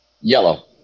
Yellow